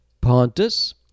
Pontus